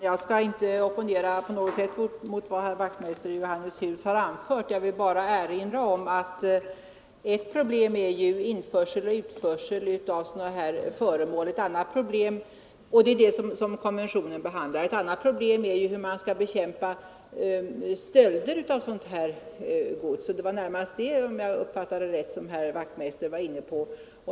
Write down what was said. Herr talman! Jag skall inte på något sätt opponera mot vad herr Wachtmeister i Johannishus har anfört; jag vill bara erinra om att ett problem är det som konventionen behandlar, nämligen införsel och utförsel av kulturföremål, ett annat problem är hur man skall bekämpa stölder av kulturgods. Det var, om jag uppfattade det rätt, närmast det senare problemet som herr Wachtmeister var inne på.